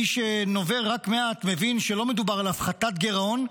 מי שנובר רק מעט מבין שלא מדובר על הפחתת גירעון,